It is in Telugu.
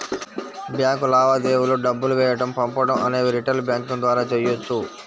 బ్యాంక్ లావాదేవీలు డబ్బులు వేయడం పంపడం అనేవి రిటైల్ బ్యాంకింగ్ ద్వారా చెయ్యొచ్చు